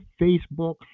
Facebook